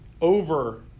over